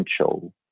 potential